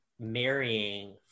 marrying